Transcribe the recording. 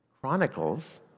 Chronicles